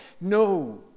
No